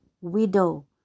widow